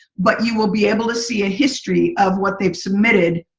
but you will be able to see a history of what they have submitted